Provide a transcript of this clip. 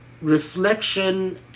reflection